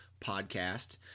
podcast